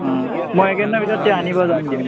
ওম মই এইকেইদিনৰ ভিতৰত তেও আনিব যাম দিয়ক